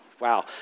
Wow